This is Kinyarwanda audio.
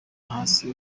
hasi